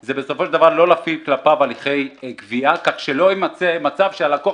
זה לא להפעיל כלפיו הליכי גבייה כדי שלא להגיע למצב שהלקוח